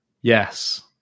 Yes